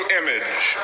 image